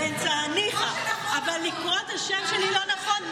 באמצע, ניחא, אבל לקרוא את השם שלי לא נכון?